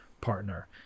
partner